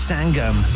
Sangam